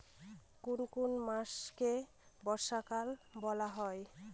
কোন কোন মাসকে বর্ষাকাল বলা হয়?